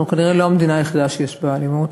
אנחנו כנראה לא המדינה היחידה שיש בה אלימות.